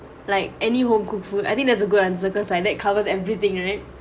like any home cooked food I think that's a good answer because like that covers everything right